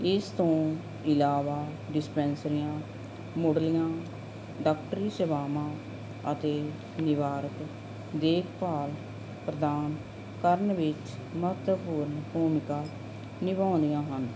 ਇਸ ਤੋਂ ਇਲਾਵਾ ਡਿਸਪੈਂਸਰੀਆਂ ਮੁੱਢਲੀਆਂ ਡਾਕਟਰੀ ਸੇਵਾਵਾਂ ਅਤੇ ਨਿਵਾਰਕ ਦੇਖਭਾਲ ਪ੍ਰਦਾਨ ਕਰਨ ਵਿੱਚ ਮਹੱਤਵਪੂਰਨ ਭੂਮਿਕਾ ਨਿਭਾਉਂਦੀਆਂ ਹਨ